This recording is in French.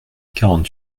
quarante